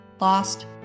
lost